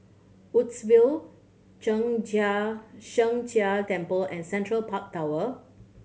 Woodsville Zheng Jia Sheng Jia Temple and Central Park Tower